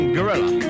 Gorilla